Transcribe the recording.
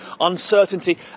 Uncertainty